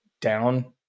down